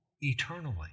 eternally